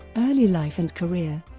early life and career